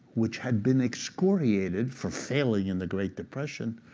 which had been excoriated for failing in the great depression,